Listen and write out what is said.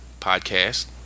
Podcast